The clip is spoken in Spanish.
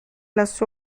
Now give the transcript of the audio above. las